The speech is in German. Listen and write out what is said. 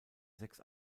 sechs